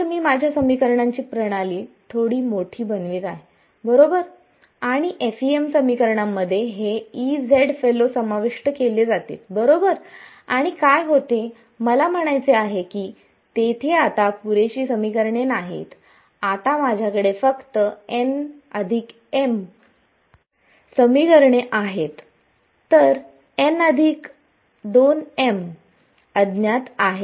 तर मी माझ्या समीकरणांची प्रणाली थोडी मोठी बनवित आहे बरोबर आणि FEM समीकरणांमध्ये हे फेलो समाविष्ट केले जातील बरोबर आणि काय होते मला म्हणायचे आहे की तेथे आता पुरेशी समीकरणे नाहीत आता माझ्याकडे फक्त n m समीकरणे आहेत तर n2m अज्ञात आहेत